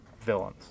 villains